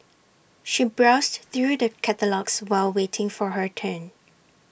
she browsed through the catalogues while waiting for her turn